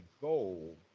goal